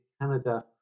Canada